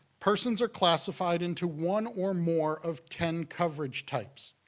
persons are classified into one or more of ten coverage types.